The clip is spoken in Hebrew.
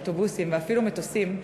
באוטובוסים ואפילו במטוסים,